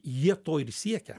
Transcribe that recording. jie to ir siekia